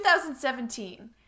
2017